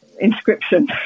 inscription